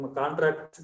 contract